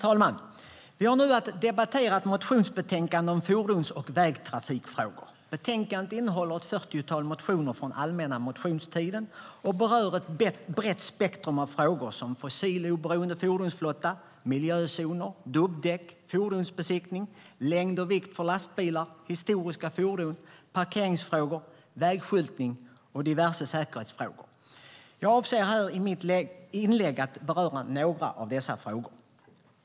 Herr talman! Vi debatterar nu ett motionsbetänkande om fordons och vägtrafikfrågor. Betänkandet innehåller ett fyrtiotal motioner från allmänna motionstiden och berör ett brett spektrum av frågor såsom fossiloberoende fordonsflotta, miljözoner, dubbdäck, fordonsbesiktning, längd och vikt för lastbilar, historiska fordon, parkeringsfrågor, vägskyltning och diverse säkerhetsfrågor. Jag avser att i mitt inlägg beröra några av dessa frågor.